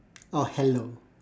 or hello